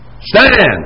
Stand